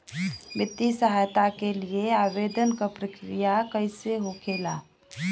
वित्तीय सहायता के लिए आवेदन क प्रक्रिया कैसे होखेला?